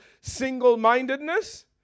single-mindedness